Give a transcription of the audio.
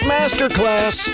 Masterclass